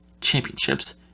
championships